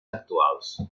actuals